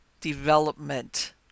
development